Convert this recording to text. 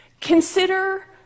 Consider